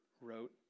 wrote